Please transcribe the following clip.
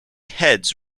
heads